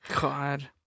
god